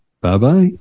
Bye-bye